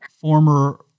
former